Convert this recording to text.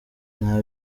nta